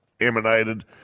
emanated